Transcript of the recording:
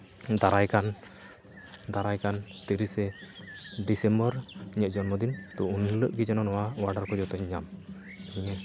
ᱫᱟᱨᱟᱭᱠᱟᱱ ᱫᱟᱨᱟᱭᱠᱟᱱ ᱛᱤᱨᱤᱥᱮ ᱰᱤᱥᱮᱢᱵᱚᱨ ᱤᱧᱟᱹᱜ ᱡᱚᱱᱢᱚᱫᱤᱱ ᱛᱳ ᱩᱱᱦᱤᱞᱚᱜ ᱜᱮ ᱡᱮᱱᱚ ᱱᱚᱣᱟ ᱚᱣᱟᱰᱟᱨ ᱠᱚ ᱡᱚᱛᱚᱧ ᱧᱟᱢ